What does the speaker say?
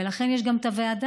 ולכן יש גם את הוועדה,